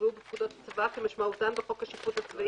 שנקבעו בפקודות הצבא כמשמעותן בחוק השיפוט הצבאי,